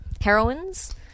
heroines